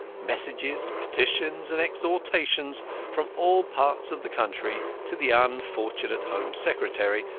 messages, petitions, and exhortations from all parts of the country to the unfortunate home secretary,